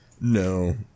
No